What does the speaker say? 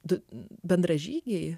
du bendražygiai